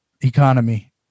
economy